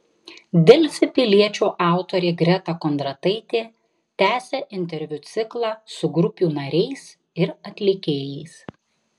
delfi piliečio autorė greta kondrataitė tęsia interviu ciklą su grupių nariais ir atlikėjais